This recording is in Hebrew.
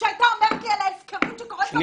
שהייתה אומרת לי על ההפקרות שקורית פה,